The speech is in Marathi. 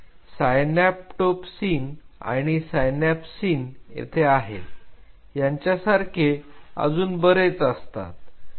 सायन्यापटोफ्यसीन आणि स्य्नाप्सीन येथे आहेत यांच्यासारखे अजून बरेच असतात